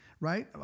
Right